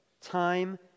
time